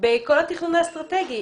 בכל התכנון האסטרטגי.